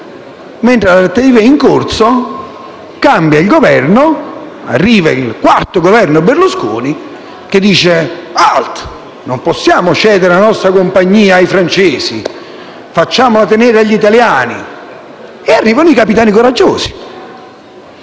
mentre la trattativa era in corso, cambiò il Governo e arrivò il quarto Governo Berlusconi, che disse*: «*Alt! Non possiamo cedere la nostra compagnia ai francesi: facciamola tenere agli italiani». E arrivarono i capitani coraggiosi;